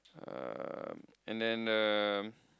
um and then um